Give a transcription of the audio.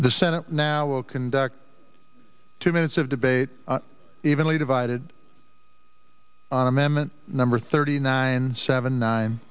the senate now will conduct two minutes of debate evenly divided on amendment number thirty nine seven nine